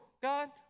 God